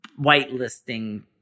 whitelisting